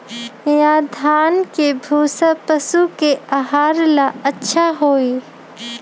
या धान के भूसा पशु के आहार ला अच्छा होई?